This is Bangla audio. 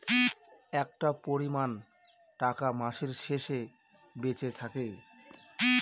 একটা পরিমান টাকা মাসের শেষে বেঁচে থাকে